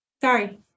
sorry